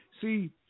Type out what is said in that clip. see